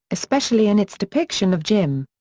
especially in its depiction of jim.